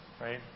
right